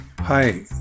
Hi